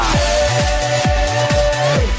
Hey